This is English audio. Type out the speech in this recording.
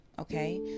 okay